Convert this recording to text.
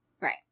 Right